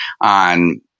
on